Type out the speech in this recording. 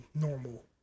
normal